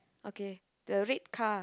okay the red car